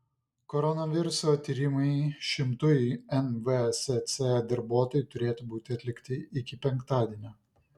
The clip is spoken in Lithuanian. koronaviruso tyrimai šimtui nvsc darbuotojų turėtų būti atlikti iki penktadienio